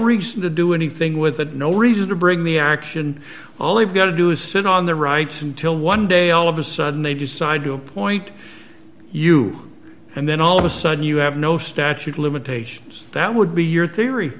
reason to do anything with it no reason to bring the action all they've got to do is sit on their rights until one day all of a sudden they decide to appoint you and then all of a sudden you have no statute of limitations that would be your theory